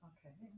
Okay